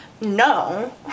No